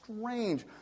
strange